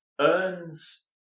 earns